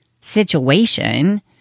situation